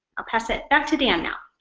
pass it back to dan now.